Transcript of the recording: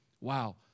Wow